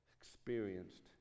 experienced